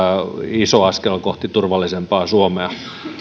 iso askel kohti turvallisempaa suomea